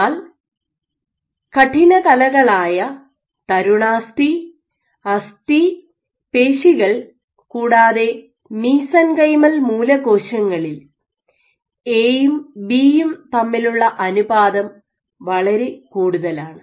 എന്നാൽ കഠിന കലകളായ തരുണാസ്ഥി അസ്ഥി പേശികൾ കൂടാതെ മീസെൻകൈമൽ മൂലകോശങ്ങളിൽ എ യും ബി യും തമ്മിലുള്ള അനുപാതം വളരെ കൂടുതലാണ്